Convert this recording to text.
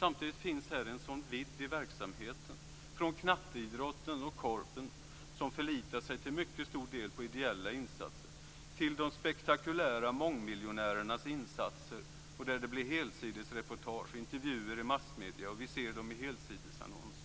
Samtidigt finns här en väldig vidd i verksamheten - från knatteidrotten och korpen, som förlitar sig till mycket stor del på ideella insatser, till de spektakulära mångmiljonärernas insatser, där det blir helsidesreportage och intervjuer i massmedierna och vi ser dem i helsidesannonser.